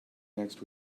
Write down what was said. next